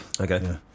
Okay